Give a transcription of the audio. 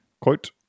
Quote